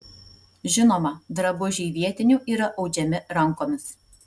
žinoma drabužiai vietinių yra audžiami rankomis